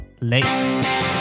late